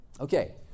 Okay